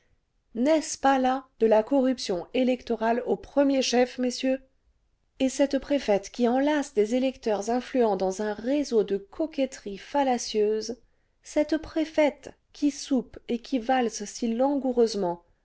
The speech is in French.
n'est-ce pas là de la corruption électorale au premier edief messieurs et cette préfète qui enlace des électeurs influents dans un réseau de coquetteries fallacieuses cette préfète qui soupe et qui valse si langoureusement